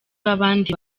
b’abandi